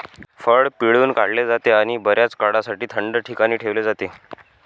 फळ पिळून काढले जाते आणि बर्याच काळासाठी थंड ठिकाणी ठेवले जाते